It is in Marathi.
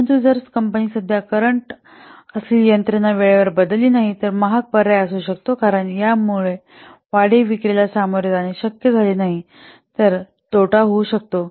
परंतु जर कंपनी सध्या करंट असलेली यंत्रणा वेळेवर बदलली नाही तर हा महाग पर्याय असू शकतो कारण यामुळे वाढीव विक्रीला सामोरे जाणे शक्य झाले नाही तर यामुळे तोटा होऊ शकतो